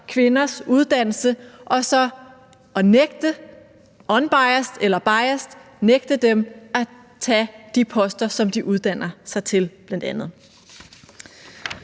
kvinders uddannelse og så, unbiased eller biased, nægte dem at tage de poster, som de bl.a uddanner sig til.